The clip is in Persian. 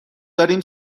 داریم